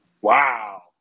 Wow